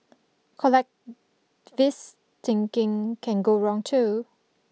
collecvist thinking can go wrong too